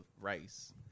rice